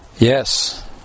yes